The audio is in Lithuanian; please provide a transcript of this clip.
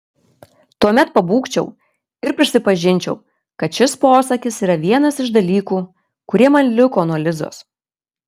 tuomet pabūgčiau ir prisipažinčiau kad šis posakis yra vienas iš dalykų kurie man liko nuo lizos